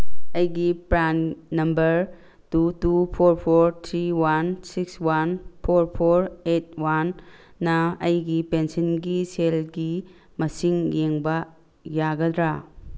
ꯑꯩꯒꯤ PRAN number two two four four three one six one four four eight ꯋꯥꯟꯅ ꯑꯩꯒꯤ ꯄꯦꯟꯁꯤꯟꯒꯤ ꯁꯦꯜꯒꯤ ꯃꯁꯤꯡ ꯌꯦꯡꯕ ꯌꯥꯒꯗ꯭ꯔꯥ